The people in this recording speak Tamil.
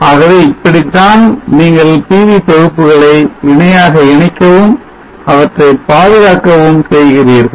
ஆகவே இப்படித்தான் நீங்கள் PV தொகுப்புகளை இணையாக இணைக்கவும் அவற்றை பாதுகாக்கவும் செய்கிறீர்கள்